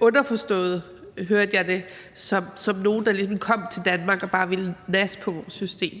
underforstået – hørte jeg det – som nogle, der ligesom kom til Danmark og bare ville nasse på vores system.